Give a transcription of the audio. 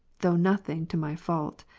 though nothing to my fault,